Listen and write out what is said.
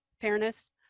fairness